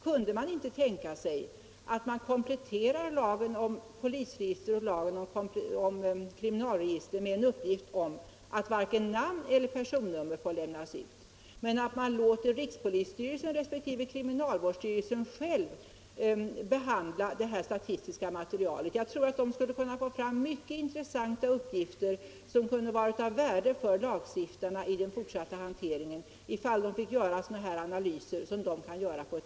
Kunde man inte tänka sig att man kompletterar lagen om polisregister och lagen om kriminalregister med en uppgift om att varken namn eller personnummer får lämnas ut men att man låter rikspolisstyrelsen resp. kriminalvårdsstyrelsen själv behandla det statistiska materialet? Jag tror att de skulle kunna få fram mycket intressanta uppgifter, som kunde vara av värde för lagstiftarna i det fortsatta arbetet, ifall de fick göra sådana här mer ingående analyser.